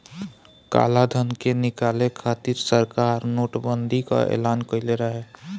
कालाधन के निकाले खातिर सरकार नोट बंदी कअ एलान कईले रहे